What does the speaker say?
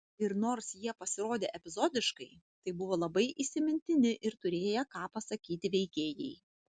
ir nors jie pasirodė epizodiškai tai buvo labai įsimintini ir turėję ką pasakyti veikėjai